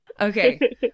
Okay